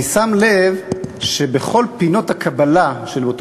אני שם לב שבכל פינות הקבלה של אותו